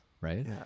right